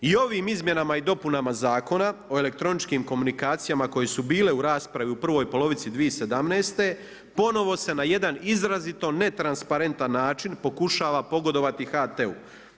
I ovim izmjenama i dopunama Zakona o elektroničkim komunikacijama koje su bile u raspravi u prvoj polovici 2017. ponovo se na jedan izrazito netransparentan način pokušava pogodovati HT-u.